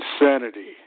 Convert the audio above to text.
insanity